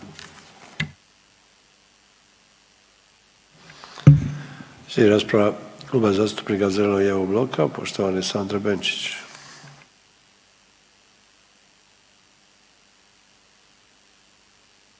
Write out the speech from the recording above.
Slijedi rasprava Kluba zastupnika zeleno-lijevog bloka, poštovane Sandre Benčić.